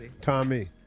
Tommy